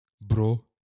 Bro